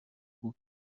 بود